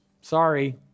sorry